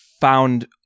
found